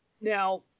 Now